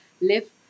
live